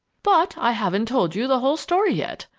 but i haven't told you the whole story yet.